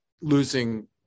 losing